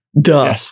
duh